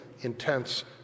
intense